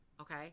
Okay